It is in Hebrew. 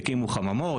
הקימו חממות,